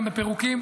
גם בפירוקים,